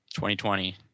2020